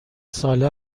ساله